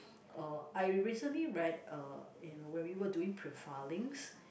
uh I recently read uh in when we were doing profilings